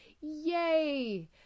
Yay